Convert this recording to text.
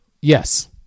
Yes